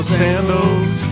sandals